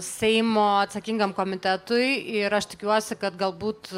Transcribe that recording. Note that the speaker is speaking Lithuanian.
seimo atsakingam komitetui ir aš tikiuosi kad galbūt